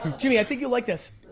jimmy i think you'll like this.